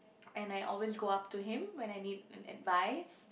and I always go up to him when I need an advice